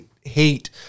hate